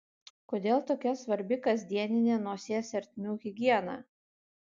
kodėl tokia svarbi kasdieninė nosies ertmių higiena